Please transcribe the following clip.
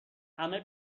همه